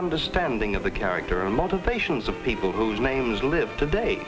understanding of the character and motivations of people whose names live today